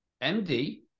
MD